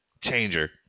changer